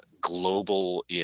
global